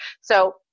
So-